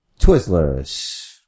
Twizzlers